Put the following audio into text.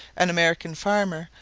an american farmer,